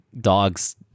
dogs